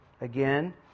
again